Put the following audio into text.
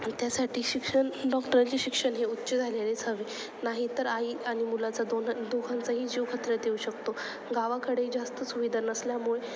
त्यासाठी शिक्षण डॉक्टरांचे शिक्षण हे उच्च झालेलेच हवे नाही तर आई आणि मुलाचा दोन दोघांचाही जीव खतऱ्यात येऊ शकतो गावाकडे जास्त सुविधा नसल्यामुळे